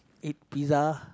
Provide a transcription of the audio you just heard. eat pizza